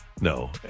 No